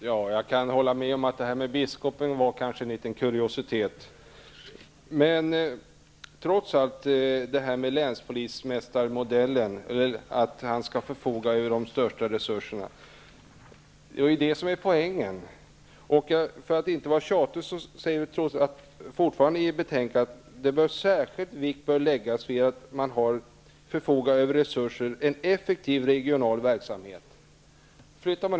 Herr talman! Jag håller med om att frågan om biskopen var en kuriositet. Poängen här är att länspolismästaren skall förfoga över de största resurserna. Det står fortfarande i betänkandet att särskild vikt bör läggas vid att förfoga över resurser och en effektiv regional verksamhet.